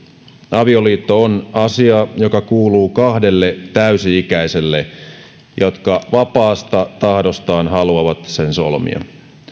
avioliitto on asia joka kuuluu kahdelle täysi ikäiselle jotka vapaasta tahdostaan haluavat sen solmia